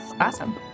Awesome